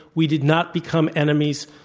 we did not become enemies.